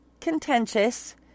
contentious